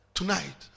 tonight